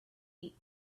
eat